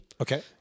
Okay